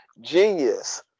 Genius